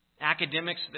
Academics